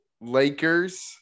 Lakers